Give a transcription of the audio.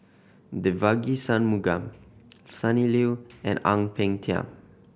Devagi Sanmugam Sonny Liew and Ang Peng Tiam